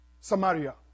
Samaria